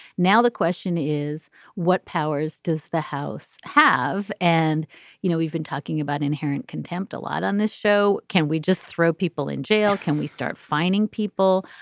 now the question is what powers does the house have. and you know we've been talking about inherent contempt a lot on this show. can we just throw people in jail. can we start finding people.